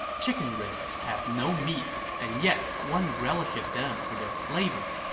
chicken ribs have no meat, and yet one relishes them for their flavor.